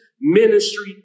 ministry